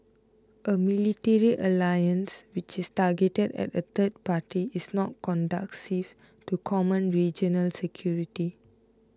a military alliance which is targeted at a third party is not conducive to common regional security